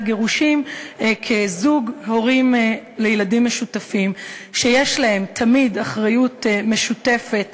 גירושין כזוג הורים לילדים משותפים שיש להם תמיד אחריות משותפת